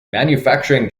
manufacturing